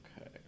Okay